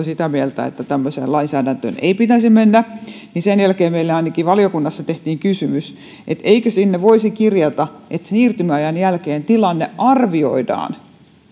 sitä mieltä että tämmöiseen lainsäädäntöön ei pitäisi mennä niin meille ainakin valiokunnassa tehtiin kysymys eikö sinne voisi kirjata että siirtymäajan jälkeen tilanne arvioidaan